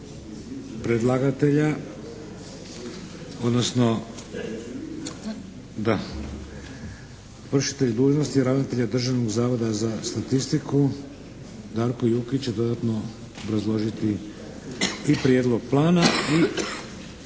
predlagatelja odnosno, da, vršitelj dužnosti ravnatelja Državnog zavoda za statistiku Darko Jukić će dodatno obrazložiti i prijedlog plana i